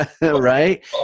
right